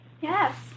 Yes